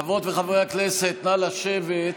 חברות וחברי הכנסת, נא לשבת.